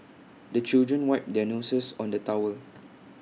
the children wipe their noses on the towel